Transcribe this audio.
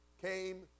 came